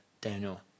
Daniel